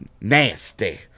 nasty